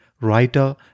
writer